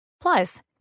Plus